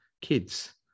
kids